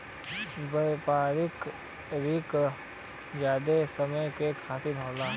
व्यापारिक रिण जादा समय के खातिर होला